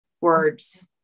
words